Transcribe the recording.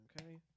Okay